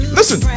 listen